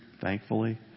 thankfully